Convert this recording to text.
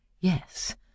Yes